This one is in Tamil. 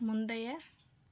முந்தைய